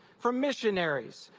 from missionaries,